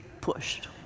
pushed